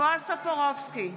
טופורובסקי,